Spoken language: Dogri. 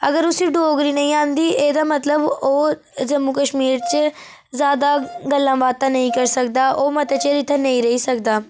अगर उस्सी डोगरी नेईं औंदी एह्दा मतलब ओह् जम्मू कश्मीर च जैदा गल्लां बातां नेईं कर सकदा ओह् मते चिर इत्थै नेईं रेई सकदा